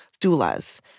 Doulas